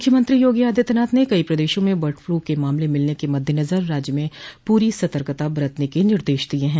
मुख्यमंत्री योगी आदित्यनाथ ने कई प्रदेशों में बर्ड फ्लू के मामले मिलने के मद्देनजर राज्य में पूरी सतर्कता बरतने के निदश दिये हैं